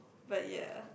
but ya